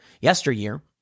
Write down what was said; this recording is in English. yesteryear